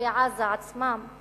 מתושבי עזה עצמם,